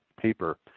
paper